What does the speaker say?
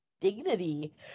dignity